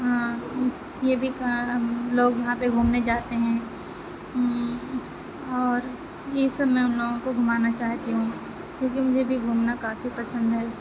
یہ بھی لوگ یہاں پہ گھومنے جاتے ہیں اور یہ سب میں اُن لوگوں کو گھمانا چاہتی ہوں کیوں کہ مجھے بھی گھومنا کافی پسند ہے